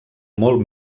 molt